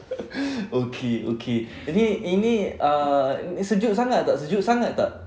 okay okay ini ini uh sejuk sangat tak sejuk sangat tak